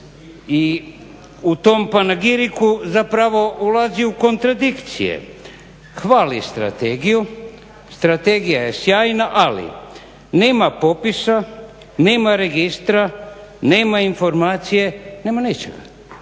i u tom panegiriku zapravo ulazi u kontradikcije. Hvali strategiju, strategija je sjajna ali nema popisa, nema registra, nema informacije, nema ničega.